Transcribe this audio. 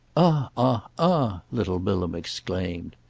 ah, ah, ah! little bilham exclaimed.